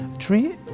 Three